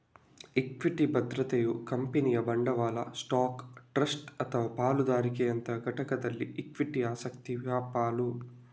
equity ಭದ್ರತೆಯು ಕಂಪನಿಯ ಬಂಡವಾಳ ಸ್ಟಾಕ್, ಟ್ರಸ್ಟ್ ಅಥವಾ ಪಾಲುದಾರಿಕೆಯಂತಹ ಘಟಕದಲ್ಲಿ ಇಕ್ವಿಟಿ ಆಸಕ್ತಿಯ ಪಾಲು